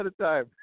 time